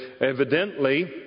evidently